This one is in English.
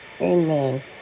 Amen